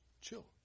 chill